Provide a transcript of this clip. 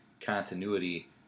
continuity